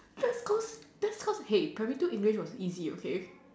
that's cause that's cause hey primary two English was easy okay